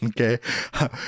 Okay